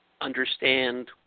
understand